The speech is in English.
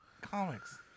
comics